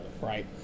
Right